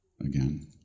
again